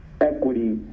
Equity